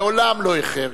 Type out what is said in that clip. מעולם לא איחר,